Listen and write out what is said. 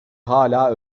hala